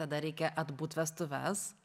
tada reikia atbūt vestuves